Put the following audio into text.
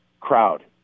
Crowd